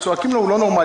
צעקו להם שהוא לא נורמלי.